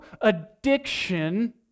addiction